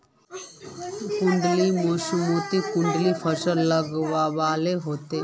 कुंडा मोसमोत कुंडा फसल लगवार होते?